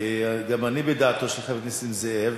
כי גם אני בדעתו של חבר הכנסת נסים זאב.